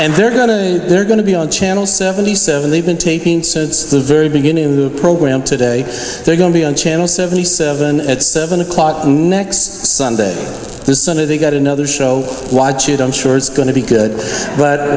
and they're going to they're going to be on channel seventy seven they've been taking since the very beginning of the program today they're going to be on channel seventy seven at seven o'clock next sunday this sunday they've got another show watch it i'm sure it's going to be good but